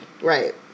Right